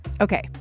Okay